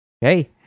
Hey